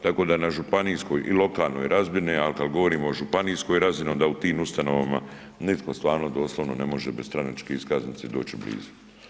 Tako da na županijskoj i lokalnoj razini, a kada govorimo o županijskoj razini onda u tim ustanovama nitko stvarno doslovno ne može bez stranačke iskaznice doći blizu.